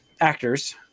actors